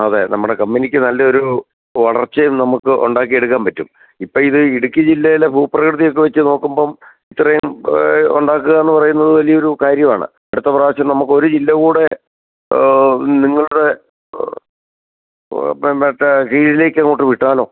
അതെ നമ്മുടെ കമ്പനിക്ക് നല്ലയൊരു വളര്ച്ചയും നമുക്ക് ഉണ്ടാക്കി എടുക്കാന് പറ്റും ഇപ്പോൾ ഇത് ഇടുക്കി ജില്ലയിലെ ഭൂപ്രകൃതിയൊക്കെ വെച്ച് നോക്കുമ്പം ഇത്രയും ഉണ്ടാക്കുക എന്ന് പറയുന്നത് വലിയൊരു കാര്യവാണ് അടുത്ത പ്രാവശ്യം നമുക്ക് ഒരു ജില്ലകൂടെ നിങ്ങളുടെ പിന്നെ മറ്റേ കീഴിലേയ്ക്ക് അങ്ങോട്ട് വിട്ടാലോ